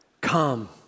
Come